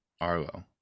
Arlo